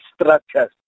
structures